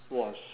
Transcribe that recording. was